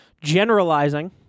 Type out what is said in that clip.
Generalizing